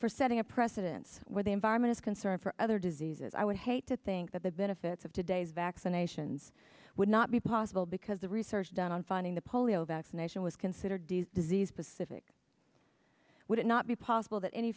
for setting a precedent where the environment is concerned for other diseases i would hate to think that the benefits of today's vaccinations would not be possible because the research done on finding the polio vaccination was considered a disease pacific would it not be possible that any